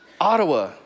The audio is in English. Ottawa